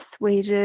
wages